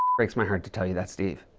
breaks my heart to tell you that, steve.